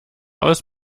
aus